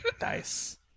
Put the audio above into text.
Nice